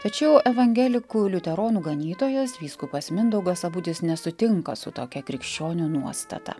tačiau evangelikų liuteronų ganytojas vyskupas mindaugas sabutis nesutinka su tokia krikščionių nuostata